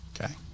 Okay